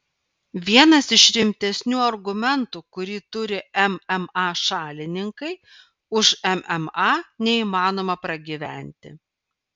vienas iš rimtesnių argumentų kurį turi mma šalininkai už mma neįmanoma pragyventi